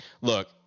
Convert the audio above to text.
Look